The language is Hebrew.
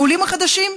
בעולים החדשים,